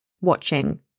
watching